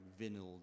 vinyl